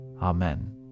Amen